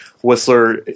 Whistler